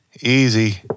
easy